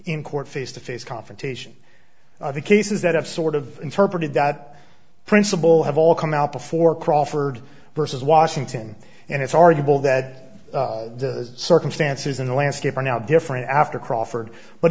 in court face to face confrontation the cases that have sort of interpreted that principle have all come out before crawford versus washington and it's arguable that the circumstances in the landscape are now different after crawford but